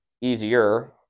easier